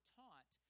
taught